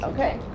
Okay